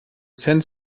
dozent